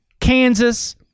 Kansas